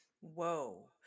Whoa